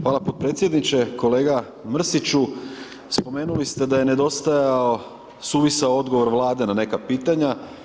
Hvala podpredsjedniče, kolega Mrsiću spomenuli ste da je nedostajao suvisao odgovor Vlade na neka pitanja.